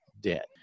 dead